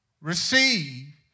receive